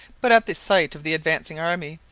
but, at the sight of the advancing army,